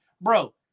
bro